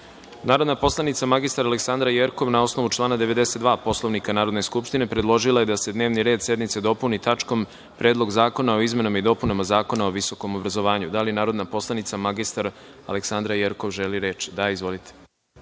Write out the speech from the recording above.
predlog. Narodna poslanica mr Aleksandra Jerkov, na osnovu člana 92. Poslovnika Narodne skupštine, predložila je da se dnevni red sednice dopuni tačkom – Predlog zakona o izmenama i dopunama Zakona o visokom obrazovanju. Da li narodna poslanica mr Aleksandra Jerkov želi reč? (Da)Izvolite.